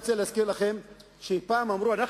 אני רוצה להזכיר לכם שפעם אמרו: אנחנו